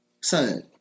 son